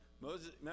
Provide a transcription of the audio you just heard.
Moses